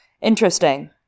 Interesting